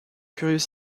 curieux